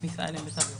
הכניסה אליהם בתו ירוק.